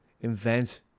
invent